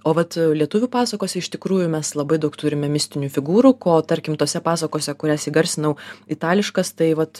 o vat lietuvių pasakose iš tikrųjų mes labai daug turime mistinių figūrų ko tarkim tose pasakose kurias įgarsinau itališkas tai vat